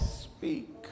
speak